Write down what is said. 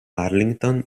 arlington